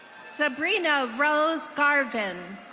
sabrina rose garvin.